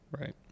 Right